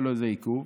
היה לו איזה עיכוב,